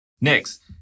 Next